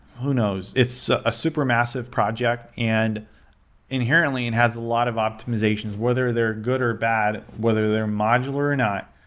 who knows? it's a super massive project, and inherently, it and has a lot of optimization. whether they're good or bad, whether they're modular or not,